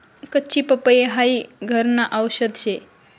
कच्ची पपई हाई घरन आवषद शे